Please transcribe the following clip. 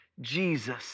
Jesus